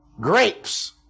Grapes